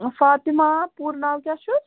فاتِمہ پوٗرٕ ناو کیٛاہ چھُس